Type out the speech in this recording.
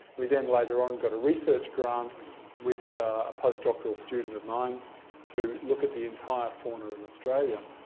we then later on got a research grant with a postdoctoral student of mine to look at the entire fauna in australia.